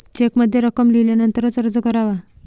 चेकमध्ये रक्कम लिहिल्यानंतरच अर्ज करावा